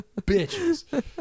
bitches